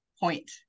point